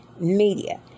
Media